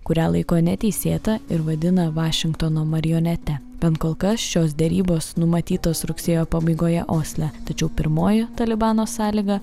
kurią laiko neteisėta ir vadina vašingtono marionete bent kol kas šios derybos numatytos rugsėjo pabaigoje osle tačiau pirmoji talibano sąlyga